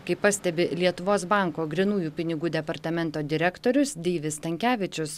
kaip pastebi lietuvos banko grynųjų pinigų departamento direktorius deivis stankevičius